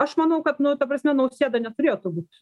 aš manau kad nu ta prasme nausėda neturėtų būt